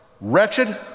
wretched